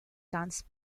guns